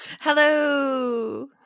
Hello